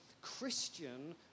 Christian